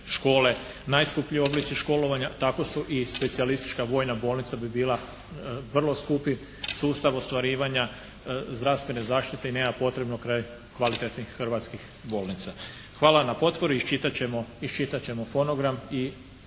najskuplji oblici školovanja tako su i specijalistička vojna bolnica bi bila vrlo skupi sustav ostvarivanja zdravstvene zaštite i nema potrebno kraj kvalitetnih hrvatskih bolnica. Hvala na potpori, iščitat ćemo fonogram i